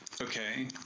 okay